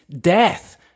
death